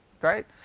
right